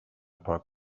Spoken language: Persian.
پارک